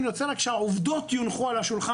אני רוצה רק שהעובדות יונחו על השולחן